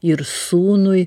ir sūnui